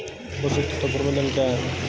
पोषक तत्व प्रबंधन क्या है?